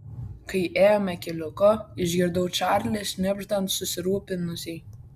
kai ėjome keliuku išgirdau čarlį šnibždant susirūpinusiai